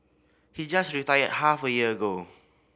he just retired half a year ago